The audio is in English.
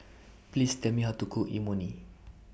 Please Tell Me How to Cook Imoni